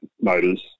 motors